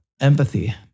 empathy